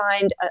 find